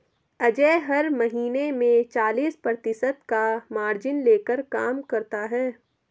अजय हर महीने में चालीस प्रतिशत का मार्जिन लेकर काम करता है